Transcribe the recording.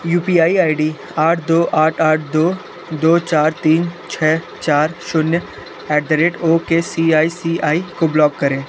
you P I I D आठ दो आठ आठ दो दो चार तीन छः चार शून्य at the rate O K C I C I को ब्लॉक करें